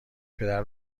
پدر